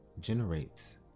generates